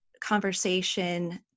conversation